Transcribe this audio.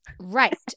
Right